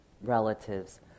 relatives